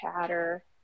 chatter